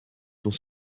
sont